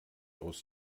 aus